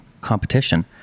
competition